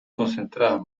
concentrar